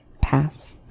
Pass